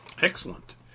Excellent